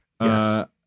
Yes